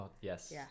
yes